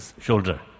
Shoulder